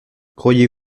croyez